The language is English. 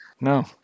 No